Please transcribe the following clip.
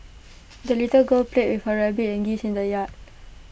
the little girl played with her rabbit and geese in the yard